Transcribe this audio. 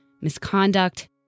misconduct